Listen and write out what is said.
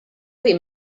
ddim